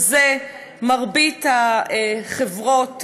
בזה מרבית החברות,